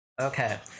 Okay